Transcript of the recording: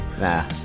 Nah